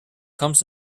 comes